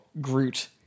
Groot